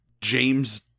James